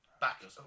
back